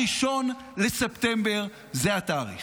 1 בספטמבר זה התאריך.